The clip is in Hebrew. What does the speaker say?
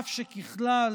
אף שככלל,